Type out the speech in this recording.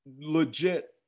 legit